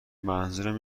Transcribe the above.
منظورم